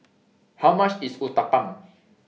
How much IS Uthapam